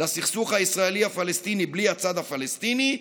לסכסוך הישראלי-הפלסטיני בלי הצד הפלסטיני,